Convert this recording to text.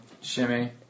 Shimmy